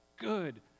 good